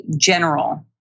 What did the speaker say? general